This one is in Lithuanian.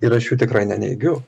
ir aš jų tikrai neneigiu